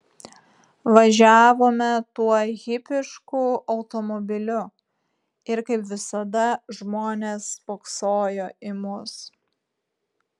važiavome tuo hipišku automobiliu ir kaip visada žmonės spoksojo į mus